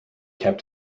kept